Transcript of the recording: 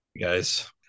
guys